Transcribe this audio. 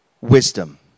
wisdom